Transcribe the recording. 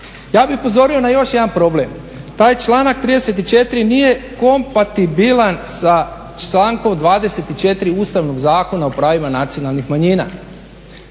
Ja bih upozorio na još jedan problem. taj članak 34.nije kompatibilan sa člankom 24. Ustavnog zakona o pravima nacionalnih manjina.